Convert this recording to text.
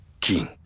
King